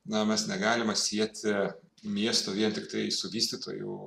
na mes negalime sieti miestų vien tiktai su vystytojų